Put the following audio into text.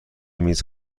میز